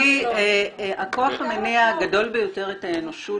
הכוח מניע הגדול ביותר את האנושות